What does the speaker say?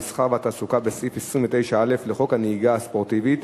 המסחר והתעסוקה בסעיף 29(א) לחוק הנהיגה הספורטיבית,